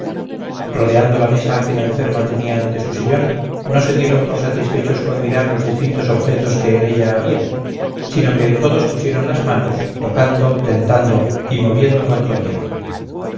rodeando la mesa que la enferma tenía ante su sillón no se dieron por satisfechos con mirar los distintos objetos que en ella había sino que en todos pusieron las manos tocando tentando y moviendo cuanto vieron